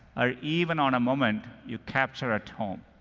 or even on a moment you capture at home.